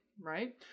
right